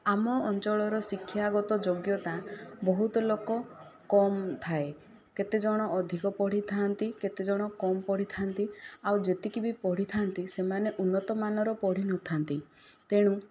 ଆମ ଅଞ୍ଚଳର ଶିକ୍ଷାଗତ ଯୋଗ୍ୟତା ବହୁତ ଲୋକ କମ୍ ଥାଏ କେତେଜଣ ଅଧିକ ପଢ଼ିଥାନ୍ତି କେତେଜଣ କମ୍ ପଢ଼ିଥାନ୍ତି ଆଉ ଯେତିକି ବି ପଢ଼ିଥାନ୍ତି ସେମାନେ ଉନ୍ନତମାନର ପଢ଼ିନଥାନ୍ତି ତେଣୁ